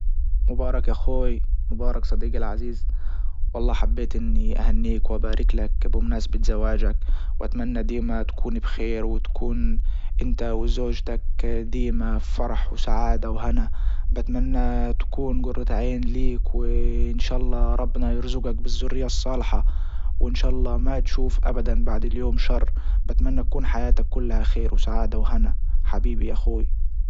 مبارك اخوي مبارك صديقي العزيز والله حبيت اني اهنيك وابارك لك بمناسبة زواجك واتمنى ديما تكون بخير وتكون انت وزوجتك ديما فرح وسعادة وهناء بتمنى تكون جرة عين ليك وان شاء الله ربنا يرزجك بالذرية الصالحة وان شاء الله ما تشوف ابدا بعد اليوم شر بتمنى تكون حياتك كلها خير وسعادة وهنا حبيبي يا اخوي